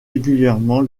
régulièrement